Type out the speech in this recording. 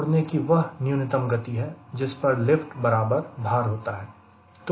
उड़ने की वह न्यूनतम गति जिस पर लिफ्ट बराबर भार होता है